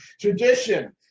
tradition